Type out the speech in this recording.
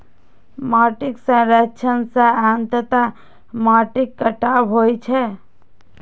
माटिक क्षरण सं अंततः माटिक कटाव होइ छै